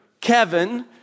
Kevin